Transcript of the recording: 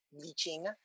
bleaching